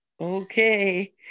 Okay